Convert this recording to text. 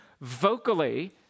vocally